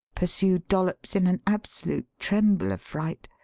pursued dollops in an absolute tremble of fright.